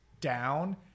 down